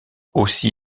aussi